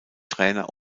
trainer